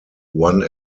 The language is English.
one